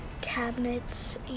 cabinets